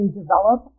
develop